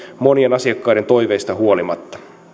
monien asiakkaiden toiveista huolimatta vuonna